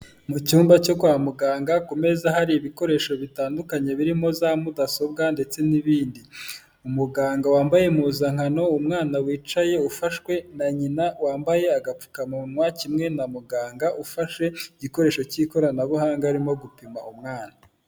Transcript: Mu cyumba cyo kwa muganga ku meza hari ibikoresho bitandukanye birimo za mudasobwa ndetse n'ibindi umuganga wambaye impuzankano umwana wicaye ufashwe na nyina wambaye agapfukamunwa kimwe na muganga ufashe igikoresho cy'ikoranabuhanga arimo gupima umwana .